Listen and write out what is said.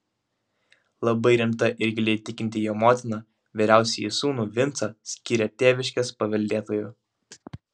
labai rimta ir giliai tikinti jo motina vyriausiąjį sūnų vincą skyrė tėviškės paveldėtoju